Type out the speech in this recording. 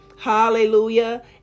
Hallelujah